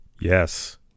Yes